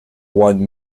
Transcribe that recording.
won